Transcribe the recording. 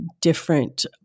different